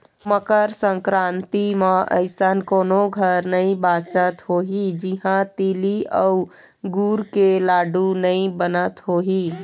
मकर संकरांति म अइसन कोनो घर नइ बाचत होही जिहां तिली अउ गुर के लाडू नइ बनत होही